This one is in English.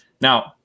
Now